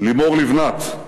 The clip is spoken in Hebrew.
לימור לבנת,